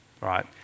right